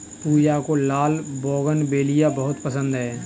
पूजा को लाल बोगनवेलिया बहुत पसंद है